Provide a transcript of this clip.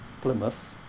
Plymouth